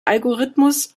algorithmus